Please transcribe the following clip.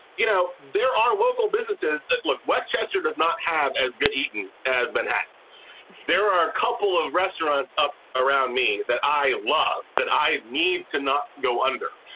you know, there are local businesses like west chester does not have as good eaton as ben had there are a couple of restaurants up around me that i love, that i need to not go under,